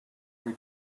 her